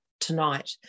tonight